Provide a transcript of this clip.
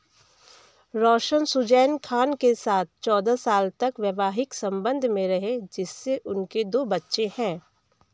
रोशन सुज़ैन खान के साथ चौदह साल तक वैवाहिक संबंध में रहे जिससे उनके दो बच्चे हैं